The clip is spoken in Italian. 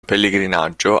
pellegrinaggio